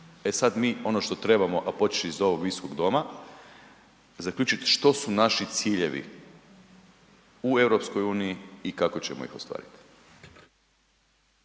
E sada mi ono što trebamo, a počevši iz ovog Visokog doma, zaključiti što su naši ciljevi u EU i kako ćemo ih ostvariti.